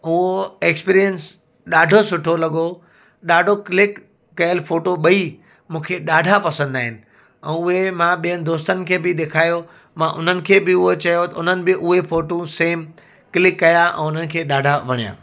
उहो एक्सपीरियंस ॾाढो सुठो लॻो ॾाढो क्लिक कयलु फोटो मूंखे ॾाढा पसंदि आहिनि ऐं उहे मां ॿियनि दोस्तनि खे बि ॾेखारियो मां उन्हनि खे बि उहे चयो त उन्हनि बि उहे फ़ोटू सेम क्लिक कया ऐं उन्हनि खे ॾाढा वणिया